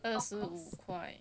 二十五块